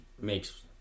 makes